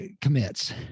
commits